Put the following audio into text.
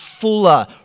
fuller